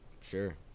sure